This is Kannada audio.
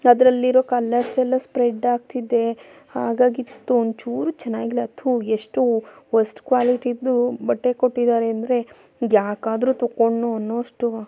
ಅದರಲ್ಲಿರೊ ಕಲರ್ಸ್ ಎಲ್ಲ ಸ್ಪ್ರೆಡ್ ಆಗ್ತಿದೆ ಹಾಗಾಗಿತ್ತು ಒಂಚೂರು ಚೆನ್ನಾಗಿಲ್ಲ ಥೂ ಎಷ್ಟು ವರ್ಸ್ಟ್ ಕ್ವಾಲಿಟಿದು ಬಟ್ಟೆ ಕೊಟ್ಟಿದ್ದಾರೆ ಅಂದರೆ ಇದು ಏಕಾದ್ರೂ ತಗೊಂಡ್ನೋ ಅನ್ನುವಷ್ಟು